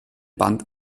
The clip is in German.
band